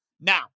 Now